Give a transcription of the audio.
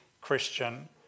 Christian